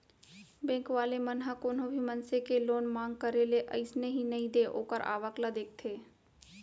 bank वाले मन ह कोनो भी मनसे के लोन मांग करे ले अइसने ही नइ दे ओखर आवक ल देखथे